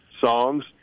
songs